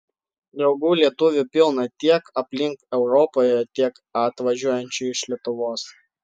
draugų lietuvių pilna tiek aplink europoje tiek atvažiuojančių iš lietuvos